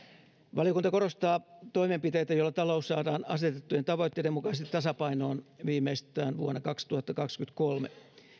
valiokunta korostaa toimenpiteitä joilla talous saadaan asetettujen tavoitteiden mukaisesti tasapainoon viimeistään vuonna kaksituhattakaksikymmentäkolme